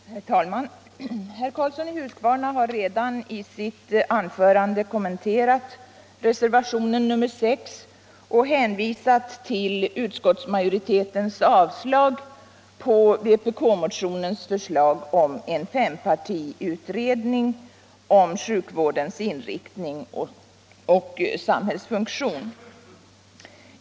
Herr talman! Herr Karlsson i Huskvarna har redan i sitt anförande kommenterat reservationen 6 och hänvisat till utskottsmajoritetens avstyrkande av vpk-motionens förslag om en fempartiutredning om sjukvårdens inriktning och samhällsfunktion.